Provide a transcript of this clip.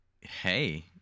hey